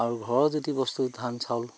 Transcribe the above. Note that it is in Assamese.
আৰু ঘৰৰ যদি বস্তু ধান চাউল